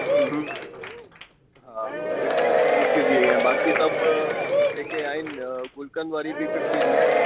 हूं हूं हा fifty fifty थी वई आहे बाक़ी सभु जेके आहिनि गुलकंद वारी बि फ़िफ़्टी जी आहे